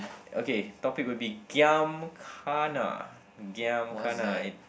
okay topic will be giam kana giam kana